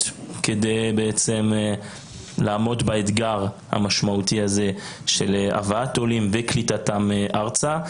כדי לעמוד באתגר המשמעותי הזה של הבאת עולים וקליטתם ארצה.